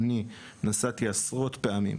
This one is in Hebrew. אני נסעתי עשרות פעמים,